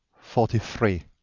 forty three.